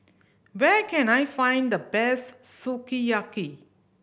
where can I find the best Sukiyaki